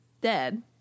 dead